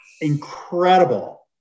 incredible